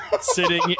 sitting